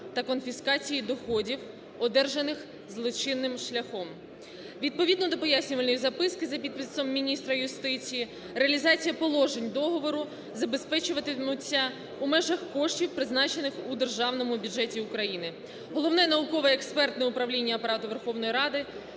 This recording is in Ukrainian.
та конфіскації доходів, одержаних злочинним шляхом Відповідно до пояснювальної записки за підписом міністра юстиції, реалізація положень договору забезпечуватимуться у межах коштів, призначених у державному бюджеті. Головне науково-експертне управління Апарату Верховної Ради